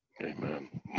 Amen